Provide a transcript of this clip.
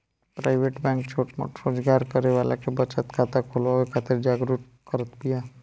private bank छोट मोट रोजगार करे वाला के बचत खाता खोलवावे खातिर जागरुक करत बिया